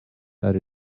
that